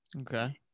Okay